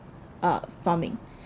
uh farming